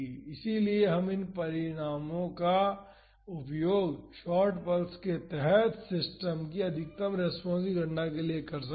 इसलिए हम इन परिणामों का उपयोग शॉर्ट पल्स के तहत सिस्टम की अधिकतम रेस्पॉन्स की गणना के लिए भी कर सकते हैं